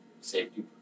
safety